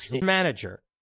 manager